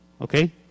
okay